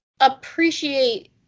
appreciate